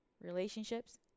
relationships